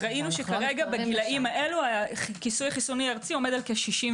ראינו שכרגע בגילאים האלה הכיסוי החיסוני הארצי עומד על כ-61